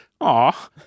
aw